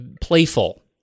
playful